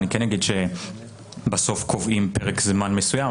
אני כן אגיד שבסוף קובעים פרק זמן מסוים.